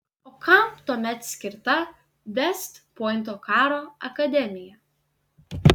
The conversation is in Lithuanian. o kam tuomet skirta vest pointo karo akademija